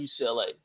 UCLA